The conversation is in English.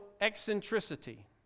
eccentricity